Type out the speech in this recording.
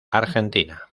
argentina